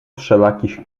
wszelakich